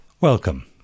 Welcome